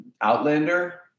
outlander